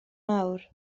mawr